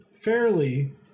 fairly